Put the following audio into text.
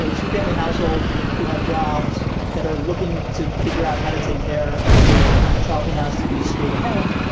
ah two family household who have jobs that are looking to figure out how to take care of their children has to be schooled at home.